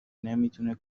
نمیتونه